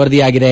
ವರದಿಯಾಗಿದೆ